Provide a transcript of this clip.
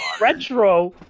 retro